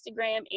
Instagram